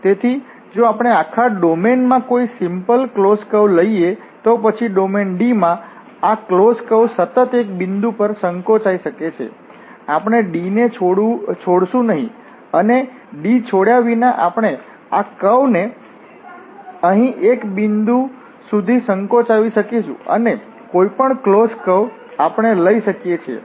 તેથી જો આપણે આખા ડોમેનમાં કોઈ સિમ્પલ ક્લોસ્ડ કર્વ લઈએ તો પછી ડોમેન D માં આ ક્લોસ્ડ કર્વ સતત એક બિંદુ પર સંકોચાઇ શકે છે આપણે D ને છોડશું નહીં અને D છોડ્યા વિના આપણે આ કર્વ ને અહીં એક બિંદુ સુધી સંકોચાવી શકીશું અને કોઈપણ ક્લોસ્ડ કર્વ આપણે લઈ શકીએ છીએ